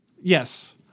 Yes